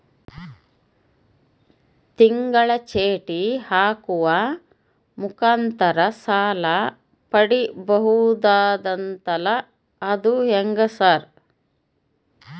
ತಿಂಗಳ ಚೇಟಿ ಹಾಕುವ ಮುಖಾಂತರ ಸಾಲ ಪಡಿಬಹುದಂತಲ ಅದು ಹೆಂಗ ಸರ್?